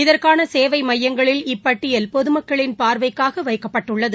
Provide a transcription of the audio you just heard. இதற்கான சேவை மையங்களில் இப்பட்டியல் பொதுமக்களின் பார்வைக்காக வைக்கப்பட்டுள்ளது